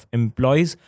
employees